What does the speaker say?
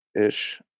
ish